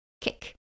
kick